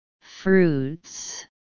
Fruits